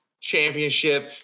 championship